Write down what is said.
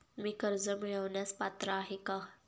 मी कर्ज मिळवण्यास पात्र आहे का?